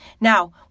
Now